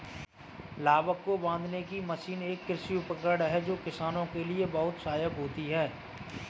लावक को बांधने की मशीन एक कृषि उपकरण है जो किसानों के लिए बहुत सहायक होता है